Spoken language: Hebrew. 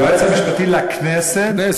היועץ המשפטי לכנסת.